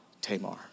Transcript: Tamar